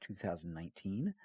2019